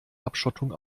abschottung